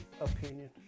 opinion